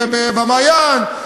וב"מעיין",